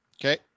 Okay